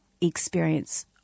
experience